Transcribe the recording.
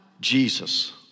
Jesus